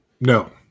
No